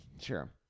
Sure